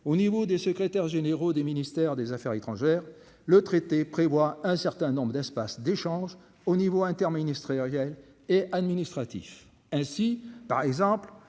au niveau des secrétaires généraux des ministères des Affaires étrangères, le traité prévoit un certain nombre d'espace d'échange au niveau interministériel et administratif ainsi. Par exemple